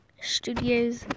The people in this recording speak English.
Studios